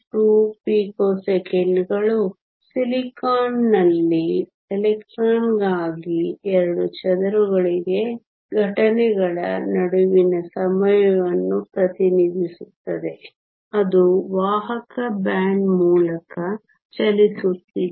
2 ಪಿಕೋಸೆಕೆಂಡುಗಳು ಸಿಲಿಕಾನ್ನಲ್ಲಿ ಎಲೆಕ್ಟ್ರಾನ್ಗಾಗಿ ಎರಡು ಚದುರುವಿಕೆ ಘಟನೆಗಳ ನಡುವಿನ ಸಮಯವನ್ನು ಪ್ರತಿನಿಧಿಸುತ್ತದೆ ಅದು ವಾಹಕ ಬ್ಯಾಂಡ್ ಮೂಲಕ ಚಲಿಸುತ್ತಿದೆ